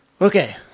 Okay